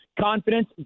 confidence